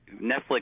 Netflix